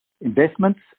investments